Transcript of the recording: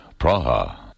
Praha